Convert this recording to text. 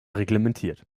reglementiert